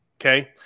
Okay